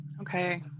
Okay